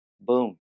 Boom